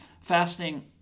Fasting